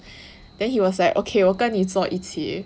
then he was like okay 我跟你坐一起